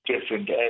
different